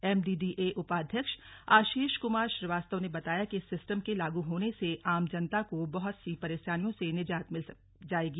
MDDA उपाध्यक्ष आशीष कमार श्रीवास्तव ने बताया कि इस सिस्टम के लागू होने से आम जनता को बहत सी परेशानियों से निजात मिल जायेगी